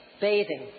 bathing